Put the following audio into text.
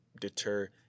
deter